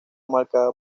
marcada